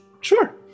Sure